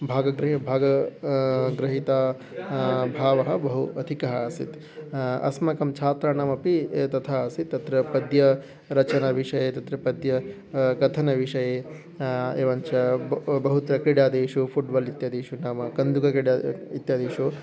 भागगृहे भागं गृहीतं भावः बहु अधिकः आसीत् अस्माकं छात्राणामपि ए तथा आसीत् तत्र पद्य रचनाविषये तत्र पद्य कथनविषये एवञ्च ब बहु बहुत्र क्रीडादीषु फ़ुट्बोल् इत्यादिषु नाम कन्दुकक्रीडा इत्यादिषु